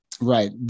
Right